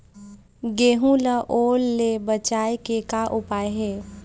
गेहूं ला ओल ले बचाए के का उपाय हे?